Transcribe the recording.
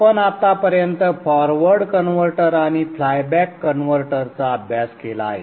आपण आतापर्यंत forward converter आणि फ्लायबॅक कन्व्हर्टरचा अभ्यास केला आहे